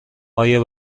آیا